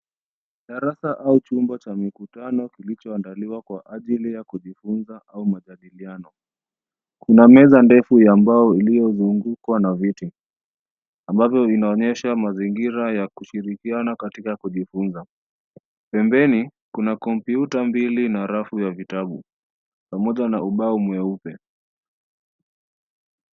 Darasa au chumba cha mikutano kilichoandaliwa kwa ajili ya kujifunza au majadiliano. Kuna meza ndefu ya mbao iliyozungwa na viti, ambavyo vinaonyesha mazingira ya kushirikiana katika kujifunza. Pembeni kuna kompyuta mbili na rafu ya vitabu pamoja na ubao mweupe.